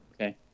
Okay